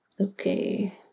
Okay